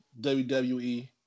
WWE